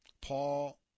Paul